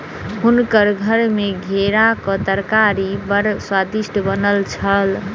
हुनकर घर मे घेराक तरकारी बड़ स्वादिष्ट बनल छल